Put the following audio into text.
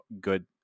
good